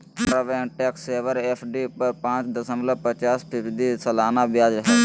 Canara bank tax saver FD पर पाच दशमलब पचास फीसदी सालाना ब्याज हइ